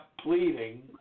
pleading